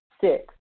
Six